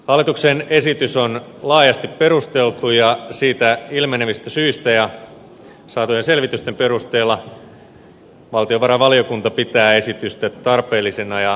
hallituksen esitys on laajasti perusteltu ja siitä ilmenevistä syistä ja saatujen selvitysten perusteella valtiovarainvaliokunta pitää esitystä tarpeellisena ja tarkoituksenmukaisena